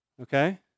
Okay